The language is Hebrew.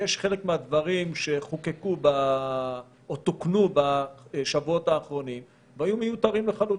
חלק מהדברים שחוקקו או תוקנו בשבועות האחרונים היו מיותרים לחלוטין,